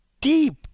deep